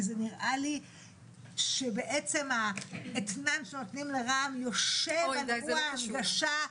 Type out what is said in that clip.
זה נראה לי שבעצם ה --- שנותנים לרע"ם יושב על חשבון ההנגשה.